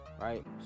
right